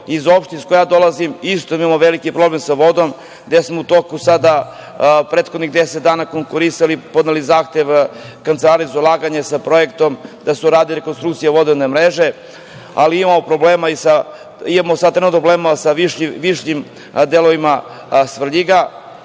opštine iz koje ja dolazim isto imamo veliki problem sa vodom, gde smo u toku u proteklih 10 dana konkurisali, podneli zahtev Kancelariji za ulaganje sa projektom da se uradi konstrukcije vodovodne mreže, ali imamo sad trenutno problema sa višim delovima Svrljiga